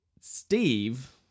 Steve